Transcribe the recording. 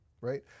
right